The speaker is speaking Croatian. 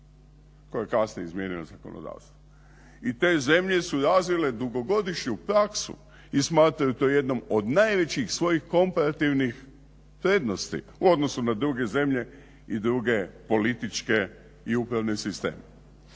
koja je kasnije izmijenila zakonodavstvo. I te zemlje su razvile dugogodišnju praksu i smatraju to jednom od najvećih svojih komparativnih prednosti u odnosu na druge zemlje i druge političke i upravne sisteme.